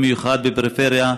במיוחד בפריפריה,